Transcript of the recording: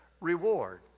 reward